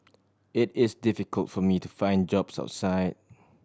it is difficult for me to find jobs outside